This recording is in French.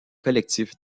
collectifs